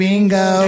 Bingo